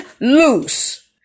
loose